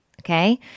Okay